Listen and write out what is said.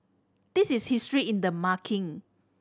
this is history in the making